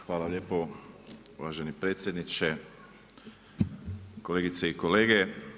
Hvala lijepo uvaženi predsjedniče, kolegice i kolege.